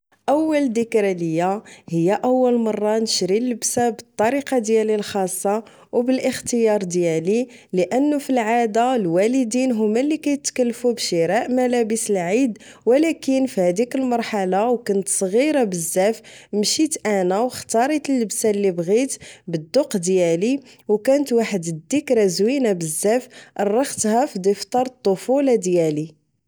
أول ذكرى ليا هي أول مرة نشري لبسة بالطريقة ديالي الخاصة أو بالإختيار ديالي لأنو فالعادة الواليدين هما لي كيتكلفو بشراء ملابس العيد ولكن فهديك المرحلة كنت صغيرة بزاف مشيت أنا أو ختاريت اللبسة لي بغيت بالدوق ديالي أو كانت واحد الذكرى زوينة بزاف الرختها فدفتر الطفولة ديال